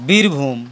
Birbhum